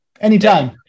anytime